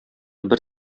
бер